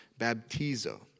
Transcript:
baptizo